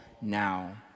now